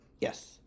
Yes